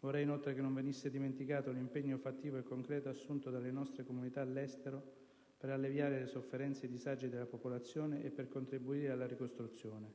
Vorrei inoltre che non venisse dimenticato l'impegno fattivo e concreto assunto dalle nostre comunità all'estero per alleviare le sofferenze e i disagi della popolazione e per contribuire alla ricostruzione.